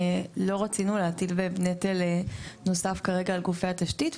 לא רצינו להטיל נטל נוסף כרגע על גופי התשתית,